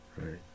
right